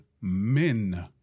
men